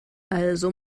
also